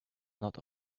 not